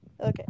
Okay